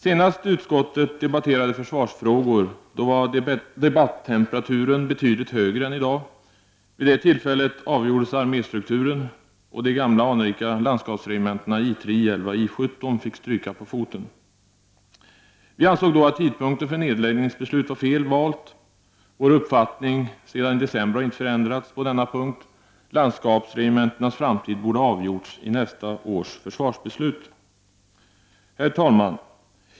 Senast då riksdagen debatterade försvarsfrågor var debattempraturen betydligt högre än i dag. Vid det tillfället avgjordes arméstrukturen, och de gamla anrika landsskapsregementena I3, I 11 och I 17 fick stryka på foten. Vi ansåg då att tidpunkten för nedläggningsbeslut var fel vald. Vår uppfattning på denna punkt har inte förändrats sedan i december. Landsskapsregementenas framtid borde ha avgjorts i nästa års försvarsbeslut. Herr talman!